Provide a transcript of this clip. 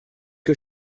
que